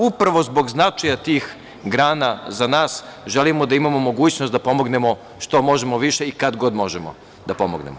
Upravo zbog značaja tih grana za nas želimo da imamo mogućnost da pomognemo što možemo više i kad god možemo da pomognemo.